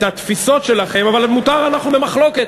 את התפיסות שלכם, אבל מותר, אנחנו במחלוקת.